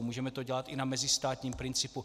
Můžeme to dělat i na mezistátním principu.